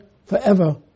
Forever